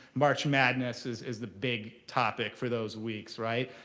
march madness is is the big topic for those weeks, right?